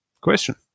Question